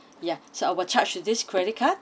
ya so I will charge to this credit card